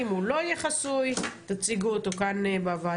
אם הוא לא יהיה חסוי, תציגו אותו כאן בוועדה.